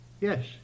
Yes